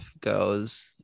goes